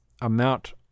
amount